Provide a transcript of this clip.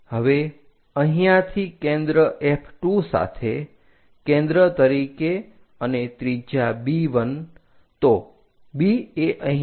હવે અહીંયાથી કેન્દ્ર F2 સાથે કેન્દ્ર તરીકે અને ત્રીજ્યા B 1 તો B એ અહીંયા છે